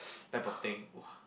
type of thing !wah!